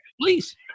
Please